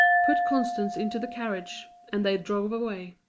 put constance into the carriage, and they drove away.